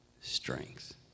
strength